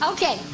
Okay